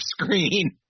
screen